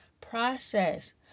process